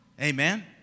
Amen